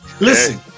Listen